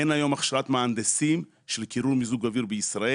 אין היום הכשרת מהנדסים של קירור ומיזוג אוויר בישראל.